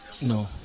No